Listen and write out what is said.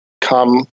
come